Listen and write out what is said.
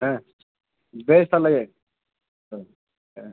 ᱦᱮᱸ ᱵᱮᱥ ᱛᱟᱦᱚᱞᱮ ᱜᱮ ᱦᱮᱸ ᱦᱮᱸ